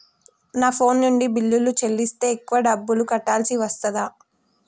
నా ఫోన్ నుండి బిల్లులు చెల్లిస్తే ఎక్కువ డబ్బులు కట్టాల్సి వస్తదా?